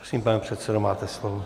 Prosím, pane předsedo, máte slovo.